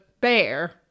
bear